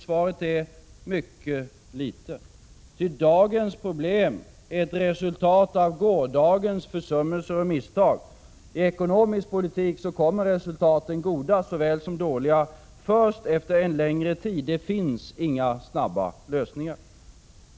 Svaret är: Mycket litet. Ty dagens problem är ett resultat av gårdagens försummelser och misstag. I ekonomisk politik kommer resultaten — goda såväl som dåliga — först efter en längre tid. Det finns inga snabba lösningar.